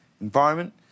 environment